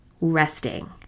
resting